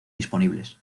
disponibles